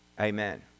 Amen